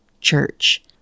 church